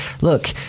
look